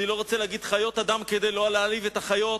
אני לא רוצה להגיד בידי חיות אדם כדי שלא להעליב את החיות,